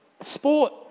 Sport